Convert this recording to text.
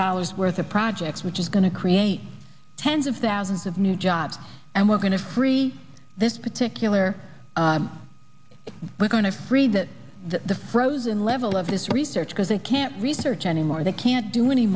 dollars worth of projects which is going to create tens of thousands of new jobs and we're going to free this particular we're going to free that the frozen level of this research because they can't research anymore they can't do any